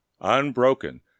unbroken